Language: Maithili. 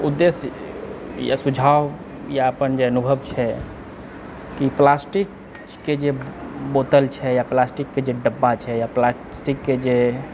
उदेश्य या सुझाव या अपन जे अनुभव छै ई प्लास्टिकके जे बोतल छै या प्लास्टिकके जे डब्बा छै या प्लास्टिकके जे